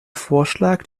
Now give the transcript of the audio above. vorschlag